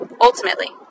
ultimately